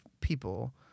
people